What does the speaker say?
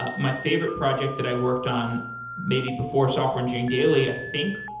ah my favorite project that i worked on maybe before software engineering daily, i think,